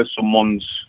someone's